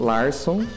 Larson